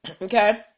Okay